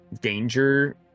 danger